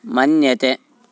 मन्यते